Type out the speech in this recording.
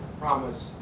promise